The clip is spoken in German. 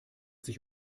sich